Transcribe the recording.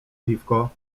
piwko